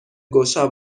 گشا